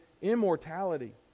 immortality